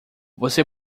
você